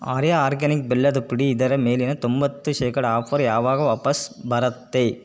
ಆರ್ಯ organic ಬೆಲ್ಲದ ಪುಡಿ ಇದರ ಮೇಲಿನ ತೊಂಬತ್ತು ಶೇಕಡ ಆಫರ್ ಯಾವಾಗ ವಾಪಸ್ ಬರುತ್ತೆ